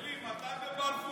אלי, מתי בבלפור?